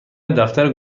دفتر